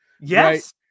yes